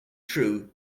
true